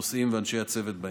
נוסעים ואנשי הצוות בהם.